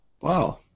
Wow